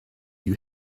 you